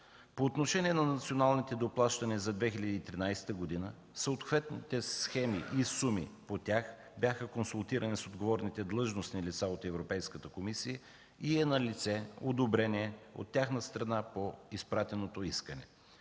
По отношение на националните доплащания за 2013 г. съответните схеми и суми по тях бяха консултирани с отговорните длъжностни лица от Европейската комисия и е налице одобрение от тяхна страна по изпратеното искане.